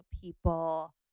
people